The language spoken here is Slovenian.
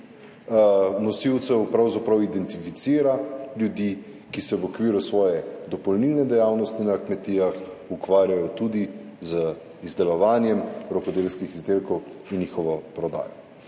nosilcev pravzaprav identificira ljudi, ki se v okviru svoje dopolnilne dejavnosti na kmetijah ukvarjajo tudi z izdelovanjem rokodelskih izdelkov in njihovo prodajo.